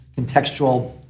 contextual